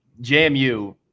JMU